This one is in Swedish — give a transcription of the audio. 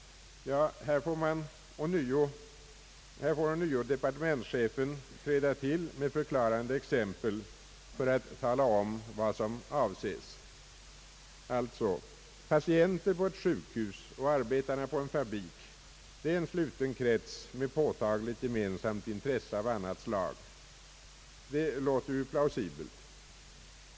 Här får ånyo departementschefen träda till med förklarande exempel för att tala om vad som avses, Patienter på ett sjukhus och arbetare på en fabrik utgör exempel på en sluten krets med påtagligt gemensamt intresse av annat slag. Det låter plausibelt.